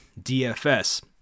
DFS